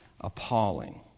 appalling